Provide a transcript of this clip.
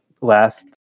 last